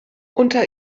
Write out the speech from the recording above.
unter